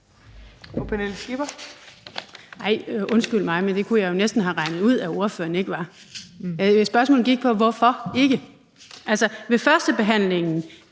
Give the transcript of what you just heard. Undskyld mig, men det kunne jeg jo næsten have regnet ud at ordføreren ikke var. Mit spørgsmål gik på grunden til det. Altså, ved førstebehandlingen